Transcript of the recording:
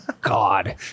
god